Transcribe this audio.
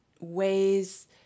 ways